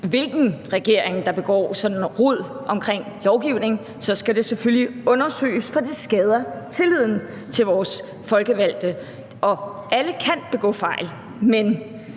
hvilken regering der begår sådan noget rod omkring lovgivning; det skal selvfølgelig undersøges, for det skader tilliden til vores folkevalgte. Og alle kan begå fejl, men